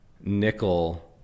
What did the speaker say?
nickel